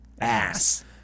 ass